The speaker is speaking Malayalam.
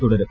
തുടരും